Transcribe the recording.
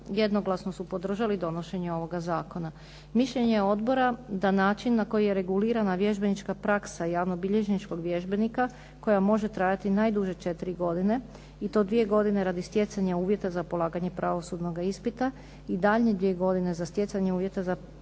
jednoglasno su podržali donošenje ovoga zakona. Mišljenje odbora da način na koji je regulirana vježbenička praksa javnobilježničkog vježbenika koja može trajati najduže četiri godine i to dvije godine radi stjecanja uvjeta za polaganje pravosudnoga ispita i daljnje dvije godine za stjecanje uvjeta za polaganje javnobilježničkog ispita